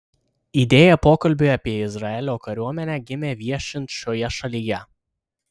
idėja pokalbiui apie izraelio kariuomenę gimė viešint šioje šalyje